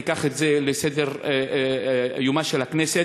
תביא את זה לסדר-יומה של הכנסת,